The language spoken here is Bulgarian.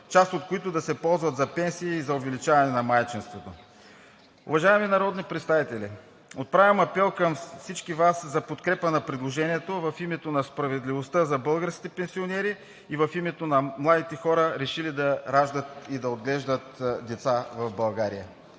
част от които да се ползват за пенсии и за увеличаване на майчинството. Уважаеми народни представители, отправям апел към всички Вас за подкрепа на предложението в името на справедливостта за българските пенсионери и в името на младите хора, решили да раждат и отглеждат деца в България.